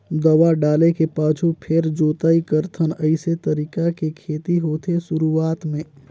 दवा डाले के पाछू फेर जोताई करथन अइसे तरीका के खेती होथे शुरूआत में